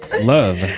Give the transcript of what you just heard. love